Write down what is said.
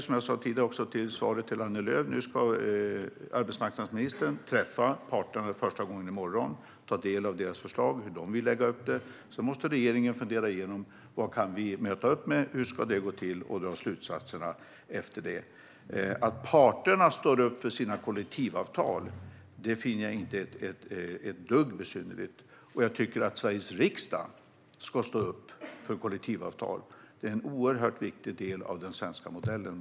Som jag sa till Annie Lööf tidigare ska arbetsmarknadsministern träffa parterna för första gången i morgon och ta del av deras förslag på hur de vill lägga upp det. Sedan måste regeringen fundera igenom vad vi kan möta upp med, hur det ska gå till och dra slutsatser efter det. Att parterna står upp för sina kollektivavtal finner jag inte ett dugg besynnerligt. Och jag tycker att Sveriges riksdag ska stå upp för kollektivavtalen. Det är en viktig del av den svenska modellen.